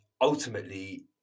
ultimately